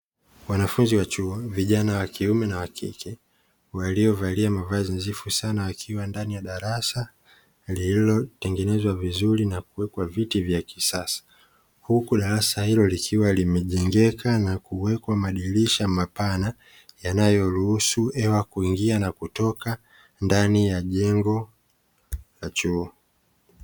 Wanafunzi wa chuo vijana wa kiume na wa kike waliovalia mavazi nadhifu sana, wakiwa ndani ya darasa lililotengenezwa vizuri na kuwekwa viti vya kisasa. Huku darasa hilo likiwa limejengeka na kuwekwa madirisha mapana yanayoruhusu hewa kuingia na kutoka ndani ya jengo la chuo.